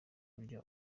kurya